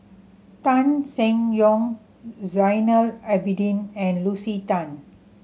Tan Seng Yong Zainal Abidin and Lucy Tan